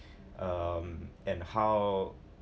um and how